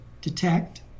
detect